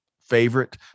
favorite